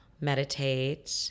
meditate